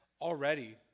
already